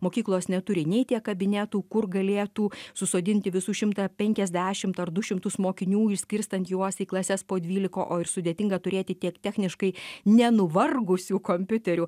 mokyklos neturi nei tiek kabinetų kur galėtų susodinti visus šimtą penkiasdešimt ar du šimtus mokinių išskirstant juos į klases po dvylika o ir sudėtinga turėti tiek techniškai nenuvargusių kompiuterių